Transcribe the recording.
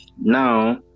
now